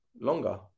Longer